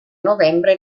novembre